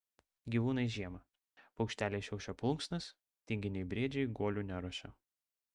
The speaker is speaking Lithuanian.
gyvūnai žiemą paukšteliai šiaušia plunksnas tinginiai briedžiai guolių neruošia